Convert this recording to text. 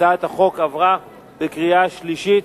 הצעת החוק עברה בקריאה שלישית.